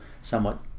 somewhat